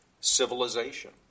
civilization